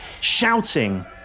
shouting